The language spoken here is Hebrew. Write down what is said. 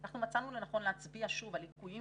אנחנו מצאנו לנכון להצביע שוב על ליקויים